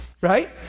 Right